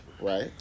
Right